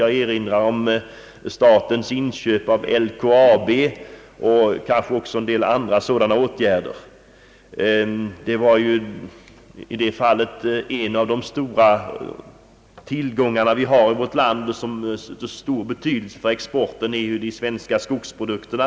Jag erinrar om statens inköp av LKAB. Även andra liknande åtgärder har vidtagits. Till vårt lands stora tillgångar, som är av väsentlig betydelse för exporten, hör ju skogsprodukterna.